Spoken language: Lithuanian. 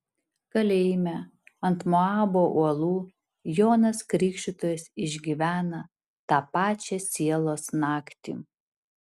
kalėjime ant moabo uolų jonas krikštytojas išgyvena tą pačią sielos naktį